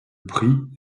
prix